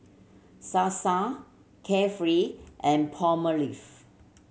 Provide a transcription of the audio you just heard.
Sasa Carefree and Palmolive